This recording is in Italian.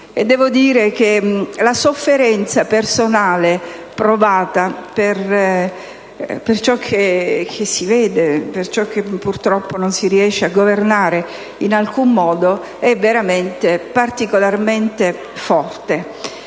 detenuti. La sofferenza personale provata per ciò che si vede e per ciò che purtroppo non si riesce a governare in alcun modo è particolarmente forte.